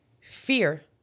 Fear